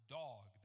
dog